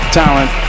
talent